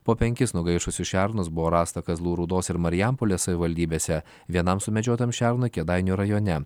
po penkis nugaišusius šernus buvo rasta kazlų rūdos ir marijampolės savivaldybėse vienam sumedžiotam šernui kėdainių rajone